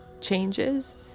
changes